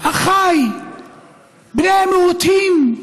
אחיי בני המיעוטים,